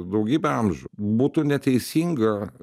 daugybę amžių būtų neteisinga